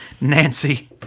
Nancy